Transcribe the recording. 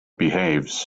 behaves